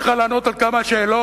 צריכה לענות על כמה שאלות.